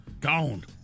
Gone